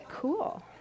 cool